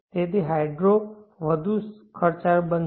તેથી હાઇડ્રો વધુ ખર્ચાળ બનશે